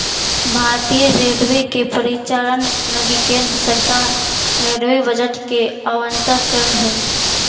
भारतीय रेलवे के परिचालन लगी केंद्र सरकार रेलवे बजट के आवंटन करऽ हई